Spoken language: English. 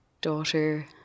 daughter